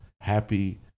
happy